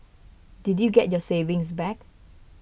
did you get your savings back